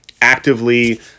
actively